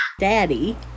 daddy